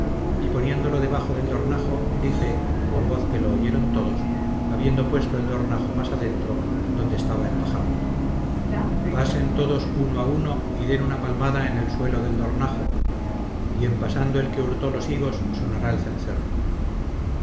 y poniéndolo debajo del dornajo dije con voz que lo oyeron todos habiendo puesto el dornajo más adentro donde estaba el pajar pasen todos uno a uno y den una palmada en el suelo del dornajo y en pasando el que hurtó los higos sonará el cencerro